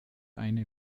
eine